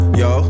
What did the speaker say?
yo